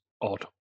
odd